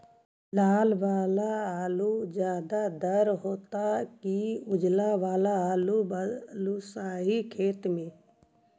लाल वाला आलू ज्यादा दर होतै कि उजला वाला आलू बालुसाही खेत में?